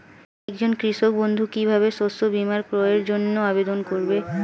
একজন কৃষক বন্ধু কিভাবে শস্য বীমার ক্রয়ের জন্যজন্য আবেদন করবে?